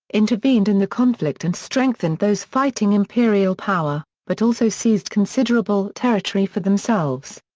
intervened in the conflict and strengthened those fighting imperial power, but also seized considerable territory for themselves.